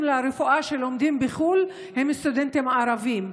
לרפואה שלומדים בחו"ל הם סטודנטים ערבים.